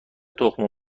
تخم